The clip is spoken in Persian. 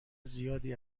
زیادی